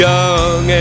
Young